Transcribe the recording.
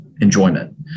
enjoyment